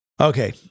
Okay